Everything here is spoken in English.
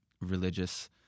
religious